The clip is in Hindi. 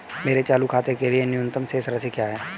मेरे चालू खाते के लिए न्यूनतम शेष राशि क्या है?